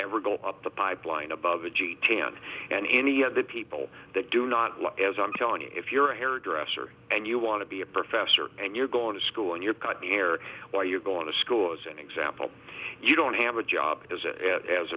ever go up the pipeline above the gitane and any of the people that do not like as i'm telling you if you're a hairdresser and you want to be a professor and you're going to school and you're cutting hair or you're going to school as an example you don't have a job as a as